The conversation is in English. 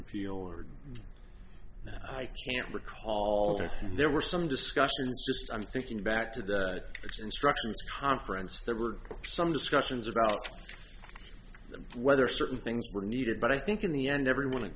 appeal or i can't recall if there were some discussions i'm thinking back to it's instructive conference there were some discussions about whether certain things were needed but i think in the end everyone